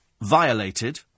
violated